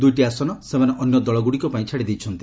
ଦୁଇଟି ଆସନ ସେମାନେ ଅନ୍ୟ ଦଳଗୁଡିକ ପାଇଁ ଛାଡିଦେଇଛନ୍ତି